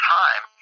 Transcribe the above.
time